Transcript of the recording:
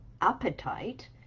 appetite